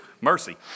Mercy